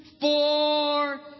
four